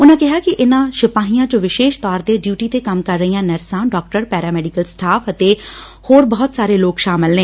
ਉਨੁਾਂ ਕਿਹਾ ਕਿ ਇਨੁਾਂ ਸਿਪਾਹੀਆਂ 'ਚ ਵਿਸ਼ੇਸ਼ ਤੋਰ ਤੇ ਡਿਊਟੀ 'ਤੇ ਕੰਮ ਕਰ ਰਹੀਆਂ ਨਰਸਾਂ ਡਾਕਟਰ ਪੈਰਾ ਮੈਡੀਕਲ ਸਟਾਫ ਅਤੇ ਹੋਰ ਲੋਕ ਸ਼ਾਮਲ ਨੇ